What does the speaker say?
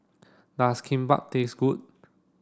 does Kimbap taste good